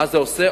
מה זה עושה?